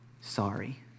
sorry